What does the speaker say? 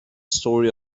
story